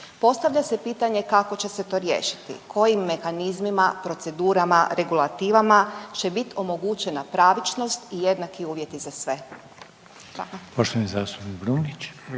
Postavlja se pitanje kako će se to riješiti? Kojim mehanizmima, procedurama, regulativama će biti omogućena pravičnost i jednaki uvjeti za sve?